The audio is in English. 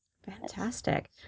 Fantastic